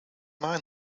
mind